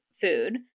food